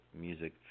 music